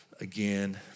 again